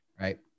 right